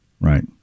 Right